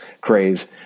craze